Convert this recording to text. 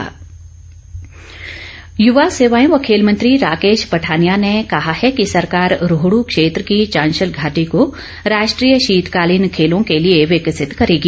राकेश पठानिया युवा सेवाएं व खेल मंत्री राकेश पठानिया ने कहा है कि सरकार रोहडू क्षेत्र की चांशल घाटी को राष्ट्रीय शीतकालीन खेलों के लिए विकसित करेगी